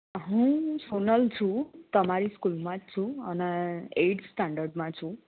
હું સોનલ છું તમારી સ્કૂલમાં જ છું અને એઈટ સ્ટાન્ડર્ડમાં છું